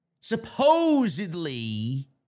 supposedly